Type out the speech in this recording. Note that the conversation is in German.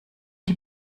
die